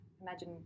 imagine